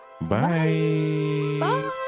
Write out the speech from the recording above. bye